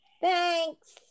Thanks